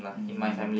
mm